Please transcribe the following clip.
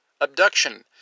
abduction